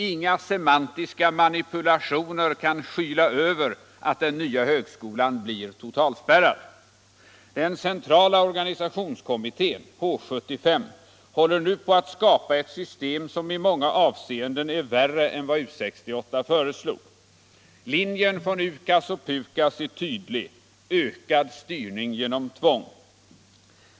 —--- Inga semantiska manipulationer kan dock skyla över att den nya högskolan blir totalspärrad. Den centrala organisationskommittén håller nu på att skapa ett system som i många avseenden är värre än vad U 68 föreslog. Linjen från UKAS/PUKAS är tydlig — ökad styrning genom tvång.